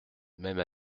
même